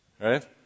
right